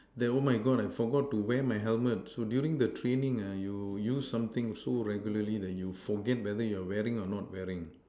that oh my God I forgot to wear my helmet so during training uh you use something so regularly that you forget whether you were wearing or not wearing